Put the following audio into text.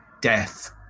death